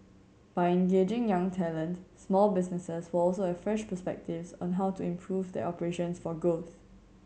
by engaging young talent small businesses will also have fresh perspectives on how to improve their operations for growth